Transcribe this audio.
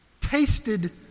tasted